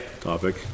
topic